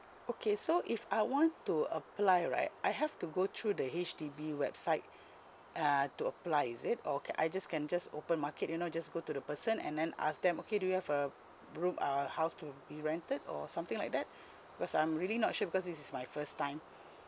okay so if I want to apply right I have to go through the H_D_B website uh to apply is it or can I just can just open market you know just go to the person and then ask them okay do you have a room a house to be rented or something like that because I'm really not sure because this is my first time